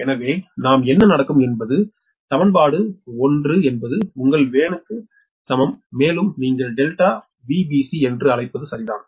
எனவே நாம் என்ன நடக்கும் என்பது சமன்பாடு வேன் 1 என்பது உங்கள் வேனுக்கு சமம் மேலும் நீங்கள் டெல்டா விபிசி என்று அழைப்பது சரிதான்